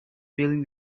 feeling